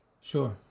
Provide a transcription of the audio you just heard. Sure